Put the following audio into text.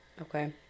Okay